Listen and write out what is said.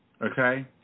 Okay